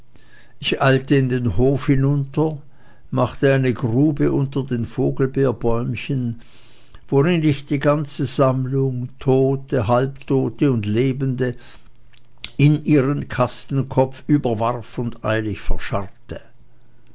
ich eilte in den hof hinunter machte eine grube unter den vogelbeerbäumchen worin ich die ganze sammlung tote halbtote und lebende in ihren kasten kopfüber warf und eilig verscharrte